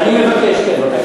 ולכן אני מבקש, כן.